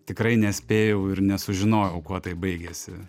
tikrai nespėjau ir nesužinojau kuo tai baigėsi